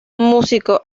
músico